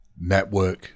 Network